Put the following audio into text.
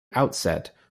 outset